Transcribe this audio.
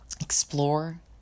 explore